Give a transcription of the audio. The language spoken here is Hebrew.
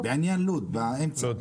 בעניין לוד, באמצע.